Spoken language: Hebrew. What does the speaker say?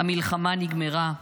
המלחמה נגמרה.